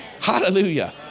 Hallelujah